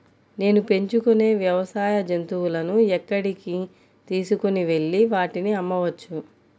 నేను పెంచుకొనే వ్యవసాయ జంతువులను ఎక్కడికి తీసుకొనివెళ్ళి వాటిని అమ్మవచ్చు?